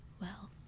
Well